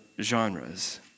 genres